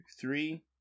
three